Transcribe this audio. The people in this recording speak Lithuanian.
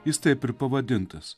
jis taip ir pavadintas